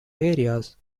areas